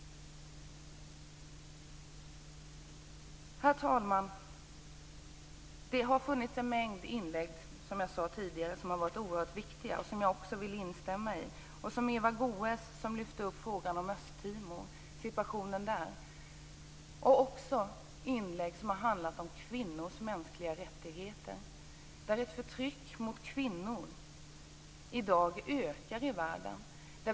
Herr talman! Det har hållits en mängd oerhört viktiga anföranden tidigare som jag vill instämma i. Eva Goës tog t.ex. upp situationen i Östtimor. Andra inlägg har handlat om kvinnors mänskliga rättigheter. Förtrycket mot kvinnor ökar i dag i världen.